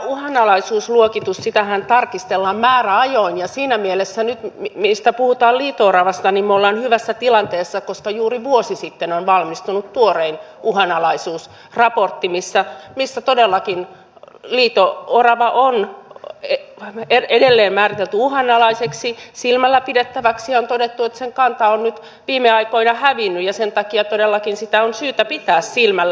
tätä uhanalaisuusluokitustahan tarkistellaan määräajoin ja siinä mielessä nyt kun puhutaan liito oravasta me olemme hyvässä tilanteessa koska juuri vuosi sitten on valmistunut tuorein uhanalaisuusraportti missä todellakin liito orava on edelleen määritelty uhanalaiseksi silmällä pidettäväksi ja on todettu että sen kantaa on nyt viime aikoina hävinnyt ja sen takia todellakin sitä on syytä pitää silmällä